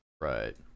right